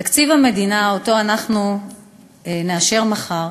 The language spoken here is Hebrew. תקציב המדינה שאנחנו נאשר מחר